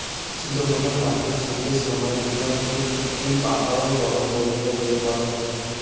শীতপ্রধান দ্যাশত শীতের সমায় গ্রীনহাউসত কৃত্রিম আকারত গরম পরিবেশ তৈয়ার করাং হই